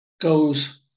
goes